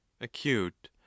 acute